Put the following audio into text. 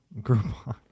Groupon